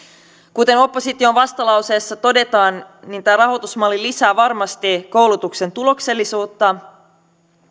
kuten opposition vastalauseessa todetaan tämä rahoitusmalli lisää varmasti koulutuksen tuloksellisuutta